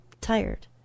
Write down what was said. tired